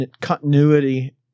continuity